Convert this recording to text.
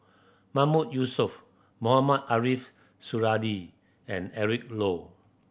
Mahmood Yusof Mohamed Ariff Suradi and Eric Low